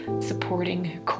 supporting